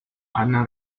anna